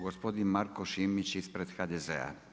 Gospodin Marko Šimić ispred HDZ-a.